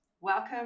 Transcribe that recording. Welcome